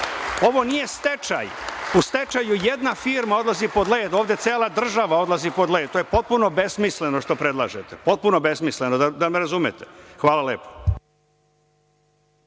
Ovo nije stečaj. U stečaju jedna firma odlazi pod led, ovde cela država odlazi pod led, to je potpuno besmisleno što predlažete, potpuno besmisleno, da me razumete. Hvala lepo.